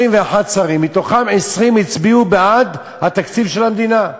21 שרים, 20 מהם הצביעו בעד התקציב של המדינה.